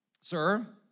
Sir